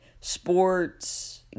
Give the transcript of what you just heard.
sports